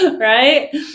Right